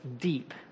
deep